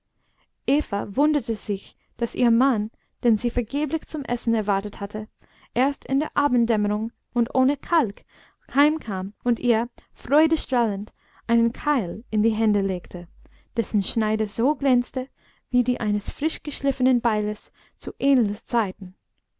eva wunderte sich daß ihr mann den sie vergeblich zum essen erwartet hatte erst in der abenddämmerung und ohne kalk heimkam und ihr freudestrahlend einen keil in die hände legte dessen schneide so glänzte wie die eines frischgeschliffenen beiles zu ähnls zeiten